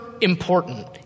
important